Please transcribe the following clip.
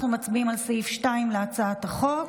אנחנו מצביעים על סעיף 2 להצעת החוק,